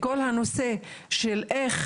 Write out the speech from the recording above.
לכל הנושא של איך